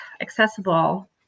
accessible